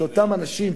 שאותם אנשים,